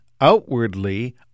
outwardly